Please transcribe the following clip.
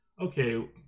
okay